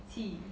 器